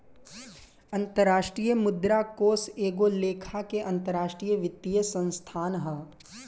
अंतरराष्ट्रीय मुद्रा कोष एगो लेखा के अंतरराष्ट्रीय वित्तीय संस्थान ह